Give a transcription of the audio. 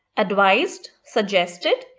advised, suggested,